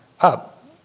up